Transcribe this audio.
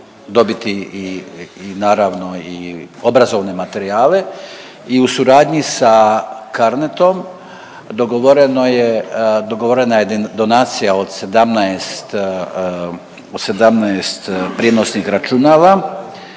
dobiti i naravno obrazovne materijale. I u suradnji sa CARNET-om dogovorena je donacija od 17 prijenosnih računala